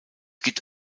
gibt